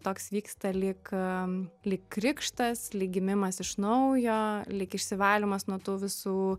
toks vyksta lyg lyg krikštas lyg gimimas iš naujo lyg išsivalymas nuo tų visų